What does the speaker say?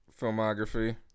filmography